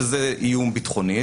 שזה איום ביטחוני,